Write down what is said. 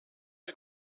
pas